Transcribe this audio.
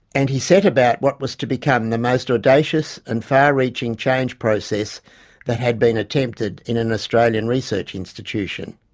and he set about what was to become the most audacious and far-reaching change process that had been attempted in an australian research institution.